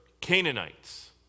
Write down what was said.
Canaanites